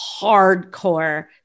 hardcore